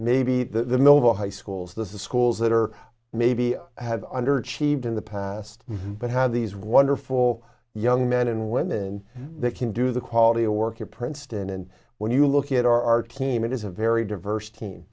maybe the millville high schools the schools that are maybe have underachieved in the past but have these wonderful young men and women that can do the quality of work at princeton and when you look at our our team it is a very diverse team